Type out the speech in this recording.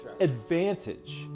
advantage